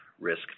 risk